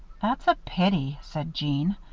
that's a pity, said jeanne.